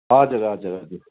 हजुर हजुर हजुर